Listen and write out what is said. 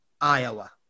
Iowa